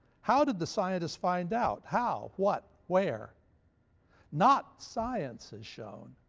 how did the scientists find out? how, what, where not science has shown,